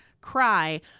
cry